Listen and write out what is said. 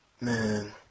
Man